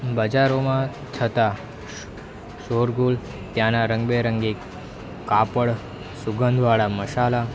બજારોમાં થતાં શોરગુલ ત્યાંનાં રંગબેરંગી કાપડ સુગંધ વાળા મસાલા